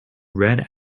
red